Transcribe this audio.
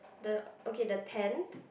the okay the tent